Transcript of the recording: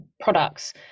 products